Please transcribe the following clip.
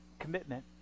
Commitment